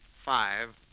five